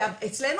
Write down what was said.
אצלנו